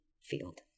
field